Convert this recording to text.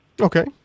Okay